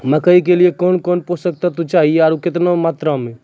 मकई के लिए कौन कौन पोसक तत्व चाहिए आरु केतना मात्रा मे?